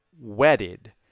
wedded